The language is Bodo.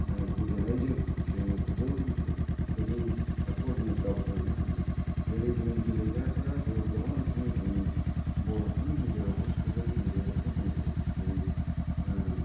गेलेनायजों जों गोजौ गोजौ थाखोआव जों दावखोलांनो हायो जेरै जों गेलेग्राफोरा जोंखौ गोबां रोखोमै जोंनि बर'फोरनि गेजेरावबो बेबायदिनो गेलेग्राफोर दंसै जेरै